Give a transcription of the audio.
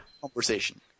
conversation